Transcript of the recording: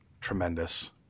tremendous